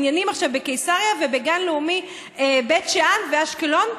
בניינים בקיסריה ובגן לאומי בית שאן ואשקלון,